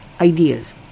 ideas